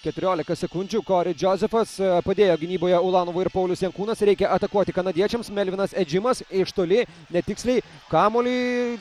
keturiolika sekundžių kori džozefas padėjo gynyboje uvarovui ir paulius jankūnas reikia atakuoti kanadiečiams melvinas edžimas iš toli netiksliai kamuolį